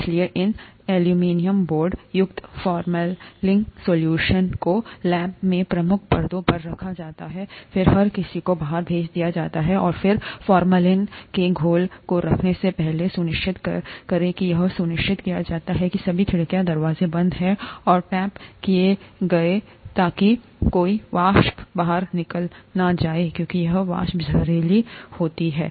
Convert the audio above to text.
इसलिए इन aluminium board युक्त फॉर्मेलिन सॉल्यूशन को लैब में प्रमुख पदों पर रखा जाता है फिर हर किसी को बाहर भेज दिया जाता है और फॉर्मेलिन के घोल को रखने से पहले सुनिश्चित करें कि यह सुनिश्चित किया जाता है कि सभी खिड़कियां और दरवाज़े बंद हैं और टैप किए गए हैं ताकि कोई वाष्प बाहर निकल जाता है क्योंकि यह वाष्प जहरीला होता है